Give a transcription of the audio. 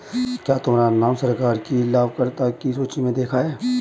क्या तुम्हारा नाम सरकार की लाभकर्ता की सूचि में देखा है